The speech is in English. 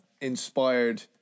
inspired